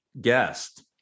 guest